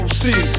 see